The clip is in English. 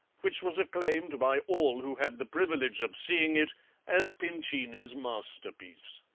which was acclaimed by all who had the privilege of seeing it as pincini's masterpiece.